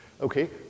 Okay